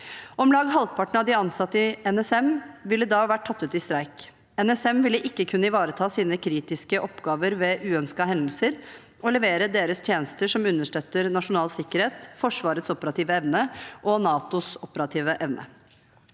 Om lag halvparten av de ansatte i NSM ville da vært tatt ut i streik. NSM ville ikke kunne ivareta sine kritiske oppgaver ved uønskede hendelser og levere sine tjenester som understøtter nasjonal sikkerhet, Forsvarets operative evne og NATOs operative evne.